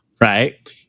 right